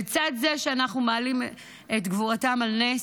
לצד זה שאנחנו מעלים את גבורתם על נס,